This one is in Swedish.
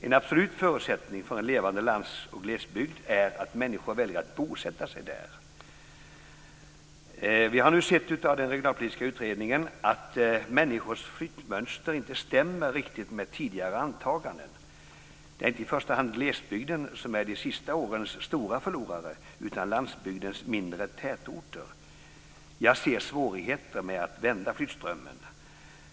En absolut förutsättning för en levande lands och glesbygd är att människor väljer att bosätta sig där. Vi har sett av den regionalpolitiska utredningen att människors flyttmönster inte stämmer riktigt med tidigare antaganden. Det är inte i första hand glesbygden som är de senaste årens stora förlorare utan landsbygdens mindre tätorter. Jag ser svårigheten med att vända flyttströmmen.